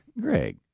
Greg